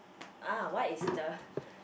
ah what is the